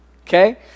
okay